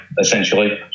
essentially